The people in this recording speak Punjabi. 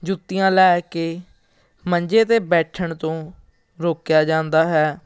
ਜੁੱਤੀਆਂ ਲੈ ਕੇ ਮੰਜੇ 'ਤੇ ਬੈਠਣ ਤੋਂ ਰੋਕਿਆ ਜਾਂਦਾ ਹੈ